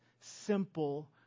simple